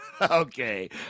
Okay